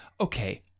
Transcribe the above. Okay